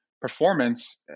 performance